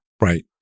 right